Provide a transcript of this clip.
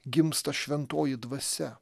gimsta šventoji dvasia